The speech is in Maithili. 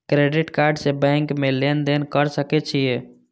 क्रेडिट कार्ड से बैंक में लेन देन कर सके छीये?